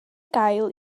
gael